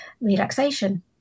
relaxation